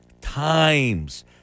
times